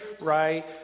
right